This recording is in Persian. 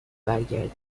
برگردیم